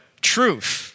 truth